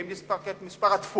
ואם ניקח את מספר הדפוקים,